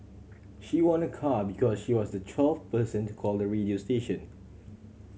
she won a car because she was the twelfth person to call the radio station